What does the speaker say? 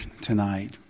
tonight